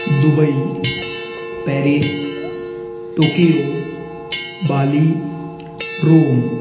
Dubai Paris Tokyo Bali Rome